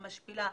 המשפילה,